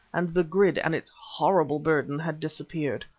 and the grid and its horrible burden had disappeared.